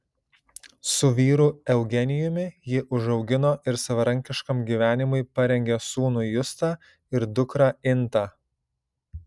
su vyru eugenijumi ji užaugino ir savarankiškam gyvenimui parengė sūnų justą ir dukrą intą